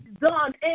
done